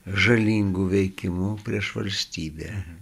žalingu veikimu prieš valstybę